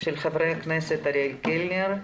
של חברי הכנסת אריאל קלנר,